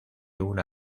una